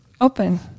Open